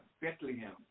Bethlehem